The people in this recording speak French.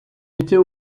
était